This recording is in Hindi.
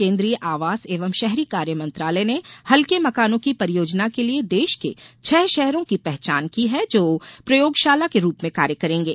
केन्द्रीय आवास एवं शहरी कार्य मंत्रालय ने हल्के मकानों की परियोजना के लिये देश के छह शहरों की पहचान की है जो प्रयोगशाला के रूप में कार्य करेंगे